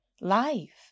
life